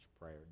prayer